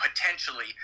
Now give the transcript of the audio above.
potentially